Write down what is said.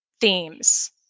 themes